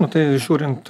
nu tai žiūrint